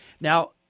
Now